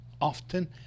often